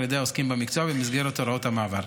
ידי העוסקים במקצוע במסגרת הוראות המעבר.